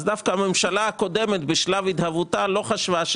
אז דווקא הממשלה הקודמת בשלב התהוותה לא חשבה,